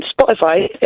Spotify